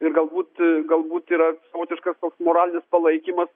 ir galbūt galbūt yra savotiškas toks moralinis palaikymas